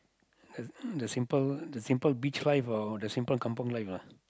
uh the simple the simple beach life or the kampung life ah